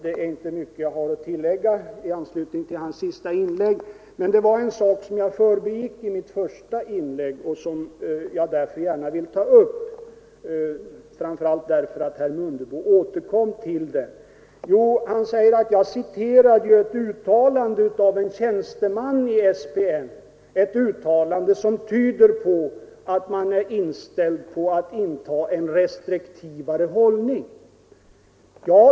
Det är inte mycket jag har att tillägga i anslutning till hans senaste inlägg. Men jag förbigick i mitt första inlägg en sak som jag gärna vill ta upp, framför allt eftersom herr Mundebo återkom till den. Han citerade ett uttalande av en tjänsteman i SPN, ett uttalande som, säger herr Mundebo, tyder på att man är inställd på att inta en restriktivare hållning.